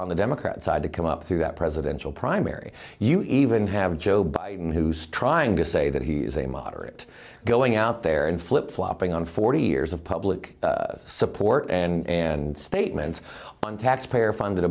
on the democrat side to come up through that presidential primary you even have joe biden who's trying to say that he is a moderate going out there and flip flopping on forty years of public support and and statements on taxpayer funded